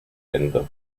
ende